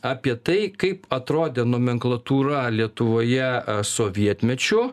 apie tai kaip atrodė nomenklatūra lietuvoje sovietmečiu